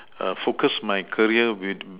err focus my career with